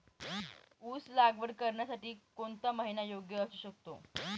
ऊस लागवड करण्यासाठी कोणता महिना योग्य असू शकतो?